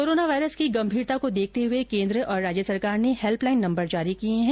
corona virus की गंभीरता को देखते हुए केन्द्र और राज्य सरकार ने हैल्पलाइन नम्बर जारी किए है